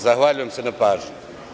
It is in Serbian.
Zahvaljujem se na pažnji.